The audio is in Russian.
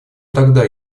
тогда